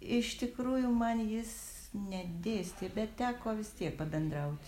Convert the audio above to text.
iš tikrųjų man jis nedėstė bet teko vis tiek pabendraut